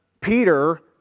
Peter